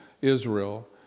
Israel